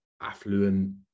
affluent